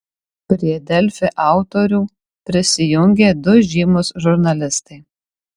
prie delfi autorių prisijungė du žymūs žurnalistai